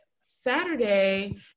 saturday